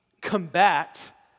combat